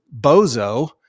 bozo